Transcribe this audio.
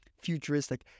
futuristic